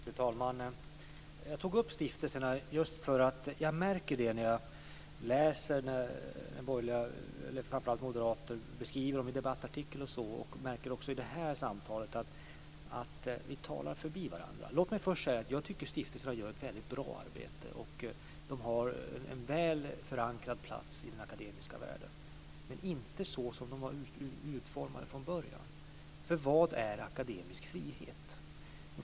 Fru talman! Jag tog upp stiftelserna just för att jag märker när jag läser vad framför allt moderater skriver i debattartiklar m.m., och också i det här samtalet, att vi talar förbi varandra. Låt mig först säga att jag tycker att stiftelserna gör ett väldigt bra arbete, och de har en väl förankrad plats i den akademiska världen - men inte som de var utformade från början. Vad är akademisk frihet?